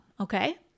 okay